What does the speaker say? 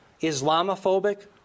Islamophobic